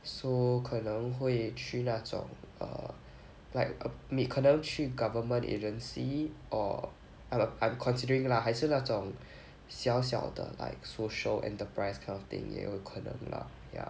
so 可能会去那种 err like err may~ 可能去 government agency or err I'm considering lah 还是那种小小的 like social enterprise kind of thing 也有可能 lah ya